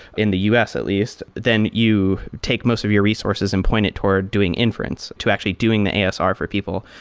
in the us at least. then you take most of your resources and point it toward doing inference to actually doing the asr for people.